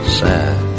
sad